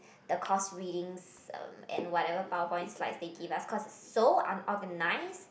the course readings um and whatever PowerPoint slide they give us cause it's so unorganised